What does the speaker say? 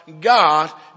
God